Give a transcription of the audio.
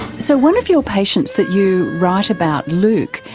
so one of your patients that you write about, luke,